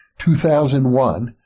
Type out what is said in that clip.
2001